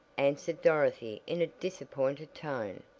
answered dorothy in a disappointed tone,